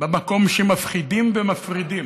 במקום שמפחידים ומפרידים.